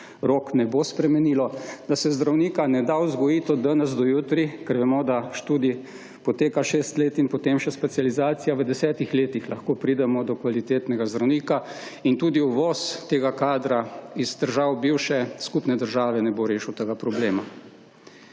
rok ne bo spremenilo. Da se zdravnika ne da vzgojiti iz danes na jutri, ker vemo da študij poteka šest let in potem še specializacija, v desetih letih lahko pridemo do kvalitetnega zdravnika in tudi uvoz tega kadra iz držav bivše skupne države ne bo rešil tega problem.